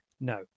No